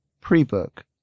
pre-book